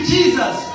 Jesus